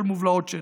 על מובלעות שטח.